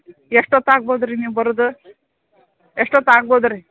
ಎಷ್ಟು ಹೊತ್ತು ಆಗ್ಬೋದು ರೀ ನೀವು ಬರುದು ಎಷ್ಟು ಹೊತ್ತು ಆಗ್ಬೋದು ರೀ